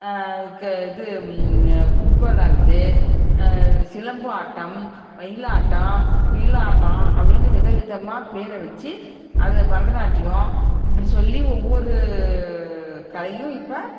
க இது ஃபுட்பால் ஆடுறது சிலம்பு ஆட்டம் மயிலாட்டம் குயிலாட்டம் அப்படின்னு விதவிதமாக பேரை வெச்சி அது பரதநாட்டியம் இப்படி சொல்லி ஒவ்வொரு கலையும் இப்போ